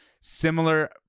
similar